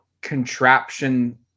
contraption